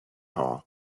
hall